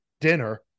dinner